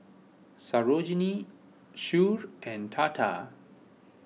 Sarojini Choor and Tata